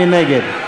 מי נגד?